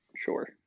sure